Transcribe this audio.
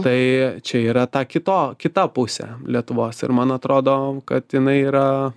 tai čia yra ta kito kita pusė lietuvos ir man atrodo kad jinai yra